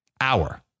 hour